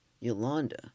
Yolanda